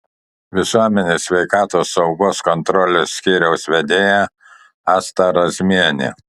visuomenės sveikatos saugos kontrolės skyriaus vedėja asta razmienė